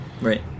right